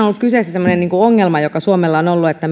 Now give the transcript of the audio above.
on ollut kyseessä semmoinen ongelma joka suomella on ollut että